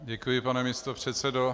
Děkuji, pane místopředsedo.